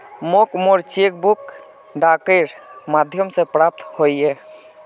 मोक मोर cheque book डाकेर माध्यम से प्राप्त होइए